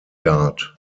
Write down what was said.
guard